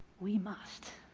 we must.